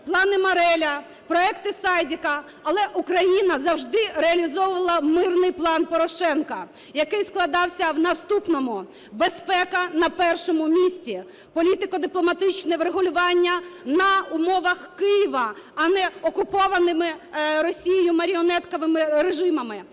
"плани Мореля", "проекти Сайдіка", але Україна завжди реалізовувала мирний план Порошенко, який складався в наступному: безпека на першому місці, політико-дипломатичне врегулювання на умовах Києва, а не окупованими Росією маріонетковими режимами.